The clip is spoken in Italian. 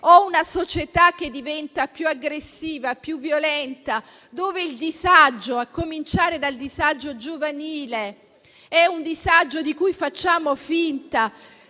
o una società che diventa più aggressiva e più violenta, dove il disagio, a cominciare da quello giovanile, è un disagio che facciamo finta